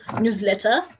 newsletter